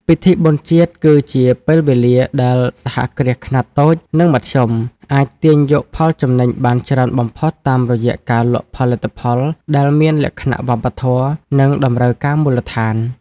ពិធីបុណ្យជាតិគឺជាពេលវេលាដែលសហគ្រាសខ្នាតតូច និងមធ្យម អាចទាញយកផលចំណេញបានច្រើនបំផុតតាមរយៈការលក់ផលិតផលដែលមានលក្ខណៈវប្បធម៌ និងតម្រូវការមូលដ្ឋាន។